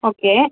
okay